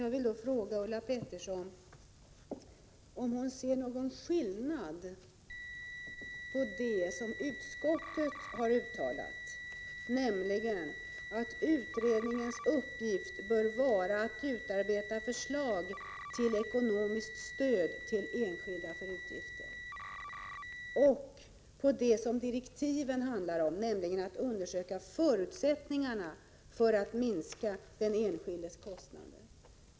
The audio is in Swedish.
Jag vill då fråga Ulla Pettersson om hon ser någon skillnad mellan det som utskottet har uttalat, nämligen att utredningens uppgift bör vara att utarbeta ett förslag till ekonomiskt stöd till enskilda för adoptionsutgifter, och det som direktiven handlar om, nämligen att undersöka förutsättningarna för att minska den enskildes kostnader.